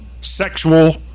sexual